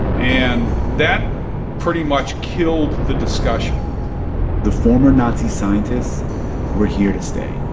and that pretty much killed the discussion the former nazi scientists were here to stay